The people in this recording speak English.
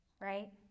Right